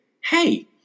hey